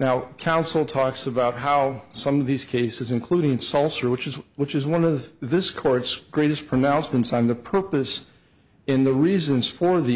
now counsel talks about how some of these cases including insults are which is which is one of this court's greatest pronouncements on the purpose in the reasons for the